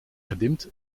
gedimd